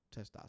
testosterone